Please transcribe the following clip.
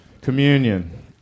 Communion